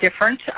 different